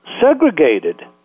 segregated